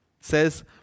Says